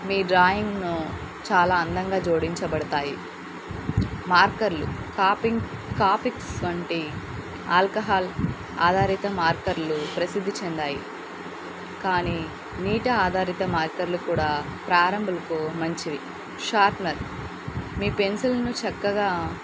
మీ డ్రాయింగ్ను చాలా అందంగా జోడించబడతాయి మార్కర్లు కాపింగ్ కాపిక్స్ వంటి ఆల్కహాల్ ఆధారిత మార్కర్లు ప్రసిద్ధి చెందాయి కానీ నీటి ఆధారిత మార్కర్లు కూడా ప్రారంభకులకు మంచివి షార్ప్నర్ మీ పెన్సిల్ను చక్కగా